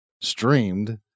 streamed